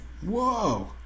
Whoa